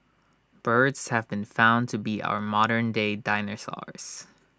birds have been found to be our modern day dinosaurs